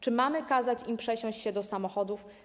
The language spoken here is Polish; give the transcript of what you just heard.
Czy mamy kazać im przesiąść się do samochodów?